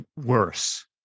worse